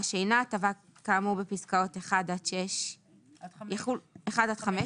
שאינה הטבה כאמור בפסקאות (1) עד (5),